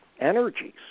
energies